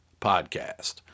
Podcast